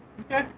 okay